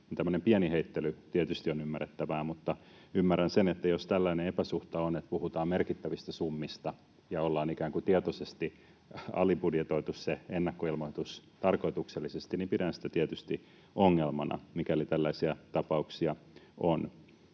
tämmöinen pieni heittely tietysti on ymmärrettävää. Mutta ymmärrän sen, että jos tällainen epäsuhta on, että puhutaan merkittävistä summista ja ollaan ikään kuin tietoisesti, tarkoituksellisesti, alibudjetoitu se ennakkoilmoitus, niin pidän sitä tietysti ongelmana, siis mikäli tällaisia tapauksia on.